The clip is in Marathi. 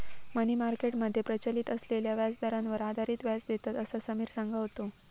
मनी मार्केट मध्ये प्रचलित असलेल्या व्याजदरांवर आधारित व्याज देतत, असा समिर सांगा होतो